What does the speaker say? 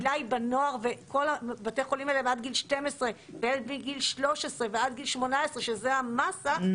כל בתי החולים האלה הם עד גיל 12 וילד בגיל 13 ועד גיל 18 שזה המסה,